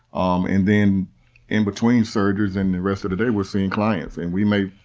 um and then in between surgeries and the rest of the day we're seeing clients and we may,